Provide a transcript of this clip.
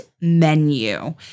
menu